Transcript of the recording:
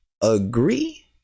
agree